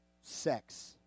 sex